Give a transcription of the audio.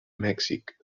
mèxic